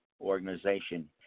organization